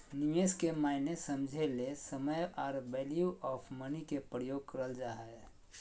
निवेश के मायने समझे ले समय आर वैल्यू ऑफ़ मनी के प्रयोग करल जा हय